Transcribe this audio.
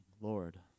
Lord